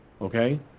Okay